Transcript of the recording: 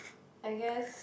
I guess